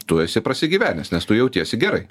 tu esi prasigyvenęs nes tu jautiesi gerai